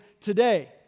today